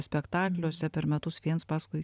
spektakliuose per metus viens paskui